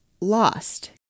lost